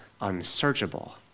unsearchable